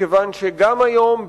מכיוון שגם היום,